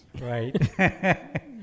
Right